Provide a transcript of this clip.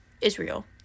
Israel